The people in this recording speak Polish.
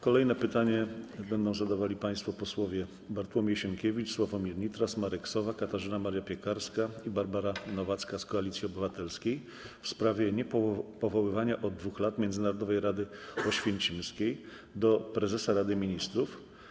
Kolejne pytanie będą zadawali państwo posłowie: Bartłomiej Sienkiewicz, Sławomir Nitras, Marek Sowa, Katarzyna Maria Piekarska i Barbara Nowacka z Koalicji Obywatelskiej, w sprawie niepowoływania od 2 lat Międzynarodowej Rady Oświęcimskiej - do prezesa Rady Ministrów.